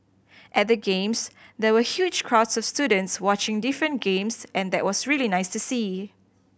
at the Games there were huge crowds of students watching different games and that was really nice to see